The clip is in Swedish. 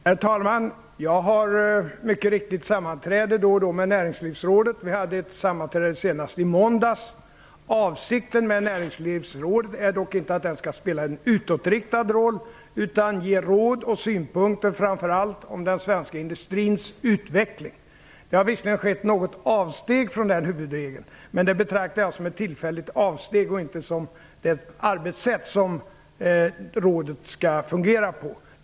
Herr talman! Jag har mycket riktigt då och då sammanträde med Näringslivsrådet. Vi hade senast i måndags ett sammanträde. Avsikten med Näringslivsrådet är dock inte att det skall spela en utåtriktad roll utan att det skall ge råd och synpunkter framför allt om den svenska industrins utveckling. Det har visserligen skett något avsteg från den huvudregeln, men det betraktar jag som en tillfällig avvikelse och inte som det arbetssätt som rådet skall ha.